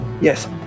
Yes